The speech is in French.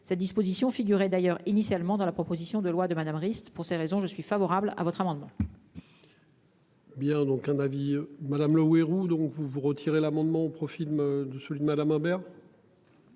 sa disposition figurait d'ailleurs initialement dans la proposition de loi de madame Rist pour ces raisons, je suis favorable à votre amendement. Bien, donc un avis madame Le Houerou. Donc vous vous retirez l'amendement au profit de me de, souligne